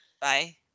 bye